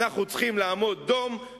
אנחנו צריכים לעמוד דום,